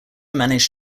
managed